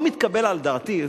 לא מתקבל על דעתי,